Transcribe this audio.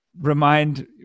remind